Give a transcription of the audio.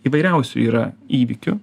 įvairiausių yra įvykių